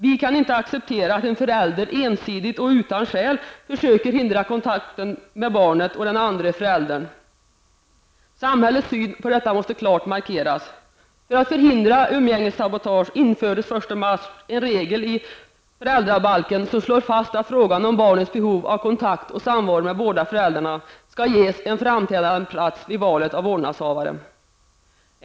Vi kan inte acceptera att en förälder ensidigt och utan skäl försöker hindra kontakten mellan barnet och den andre föräldern. Samhällets syn på detta måste klart markeras. För att förhindra umgängessabotage infördes den 1 mars en regel i föräldrabalken som slår fast att frågan om barnets behov av kontakt och samvaro med båda föräldrarna skall ges en framträdande plats vid valet av vårdnadshavare.